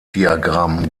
diagramm